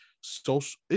social